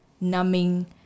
numbing